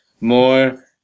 more